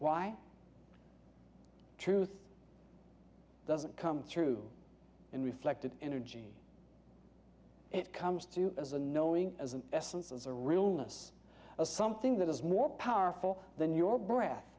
why truth doesn't come through in reflected energy it comes to you as a knowing as an essence as a real nurse as something that is more powerful than your breath